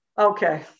Okay